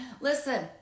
Listen